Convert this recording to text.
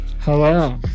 hello